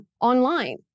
online